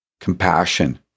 Compassion